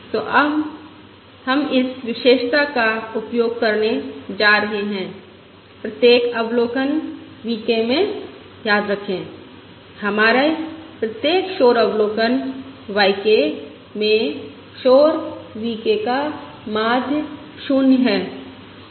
तो हम इस विशेषता का उपयोग करने जा रहे हैं प्रत्येक अवलोकन V k में याद रखें हमारे प्रत्येक शोर अवलोकन y k में शोर V k का माध्य 0 है